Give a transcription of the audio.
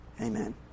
amen